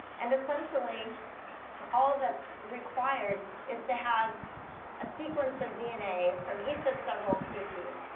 and essentially all that's required is to have a sequence of dna from each of several species.